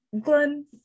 Glenn